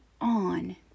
on